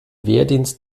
wehrdienst